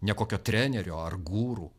ne kokio trenerio ar guru